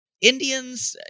Indians